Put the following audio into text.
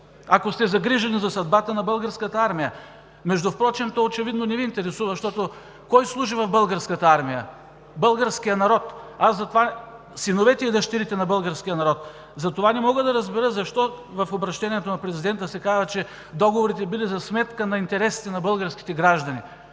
ако сте загрижени за съдбата на Българската армия. Между другото, това очевидно не Ви интересува, защото: кой служи в Българската армия? Българският народ – синовете и дъщерите на българския народ. Затова не мога да разбера защо в обръщението на президента се казва, че договорите били за сметка на интересите на българските граждани?